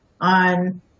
on